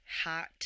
Hot